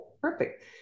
Perfect